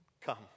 come